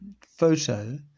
photo